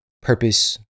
purpose